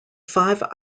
five